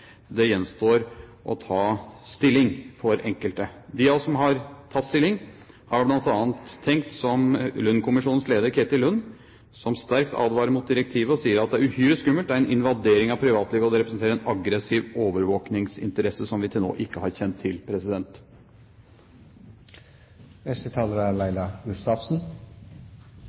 Det gjenstår å ta stilling for enkelte. De av oss som har tatt stilling, har bl.a. tenkt som Lund-kommisjonens leder, Ketil Lund, som sterkt advarer mot direktivet og sier at det er uhyre skummelt. Det er en invadering av privatlivet, og det representerer en aggressiv overvåkningsinteresse som vi til nå ikke har kjent til.